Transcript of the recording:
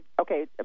Okay